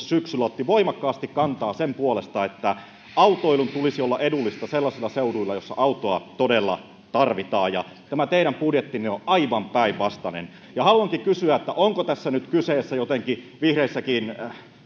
syksyllä voimakkaasti kantaa sen puolesta että autoilun tulisi olla edullista sellaisilla seuduilla joissa autoa todella tarvitaan ja tämä teidän budjettinne on aivan päinvastainen haluankin kysyä onko tässä nyt kyseessä jotenkin vihreissäkin